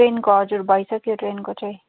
ट्रेनको हजुर भइसक्यो ट्रेनको चाहिँ